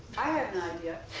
i have an idea.